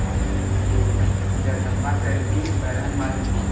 अच्छा ठीक है जगदंबा कैंटीन बैढन महाजन रोड